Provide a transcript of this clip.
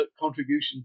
contribution